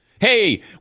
Hey